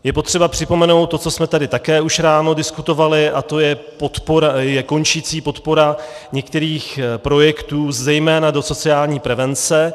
Je potřeba připomenout to, co jsme tady také už ráno diskutovali, a to je končící podpora některých projektů, zejména do sociální prevence.